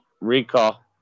Recall